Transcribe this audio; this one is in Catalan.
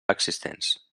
existents